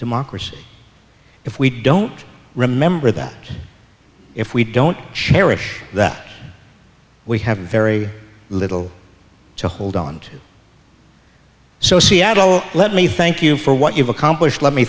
democracy if we don't remember that if we don't cherish that we have very little to hold on to so seattle let me thank you for what you've accomplished let me